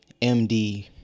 MD